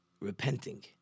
repenting